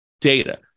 data